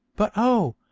but oh,